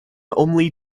only